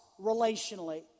relationally